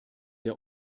der